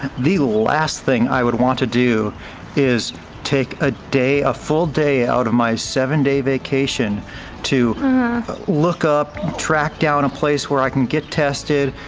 the last thing i would want to do is take a day, a full day out of my seven day vacation to look up and track down a place where i can get tested,